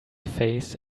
face